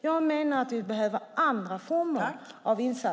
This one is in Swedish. Jag menar att vi behöver andra former av insatser.